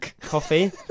coffee